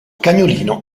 cagnolino